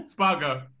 Spago